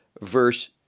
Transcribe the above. verse